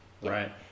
Right